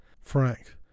frank